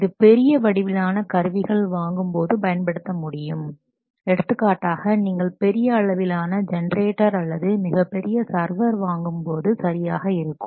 இது பெரிய வடிவிலான கருவிகள் வாங்கும்போது பயன்படுத்த முடியும் எடுத்துக்காட்டாக நீங்கள் பெரிய அளவிலான ஜெனரேட்டர் அல்லது மிகப்பெரிய சர்வர் வாங்கும்போது சரியாக இருக்கும்